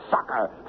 sucker